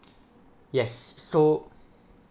yes so